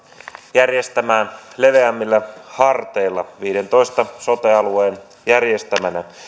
järjestämään leveämmillä harteilla viiteentoista sote alueen järjestämänä